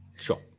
Sure